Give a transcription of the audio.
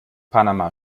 panama